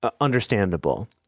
understandable